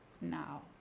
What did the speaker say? now